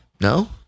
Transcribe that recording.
No